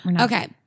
Okay